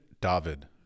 David